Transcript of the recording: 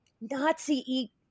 Nazi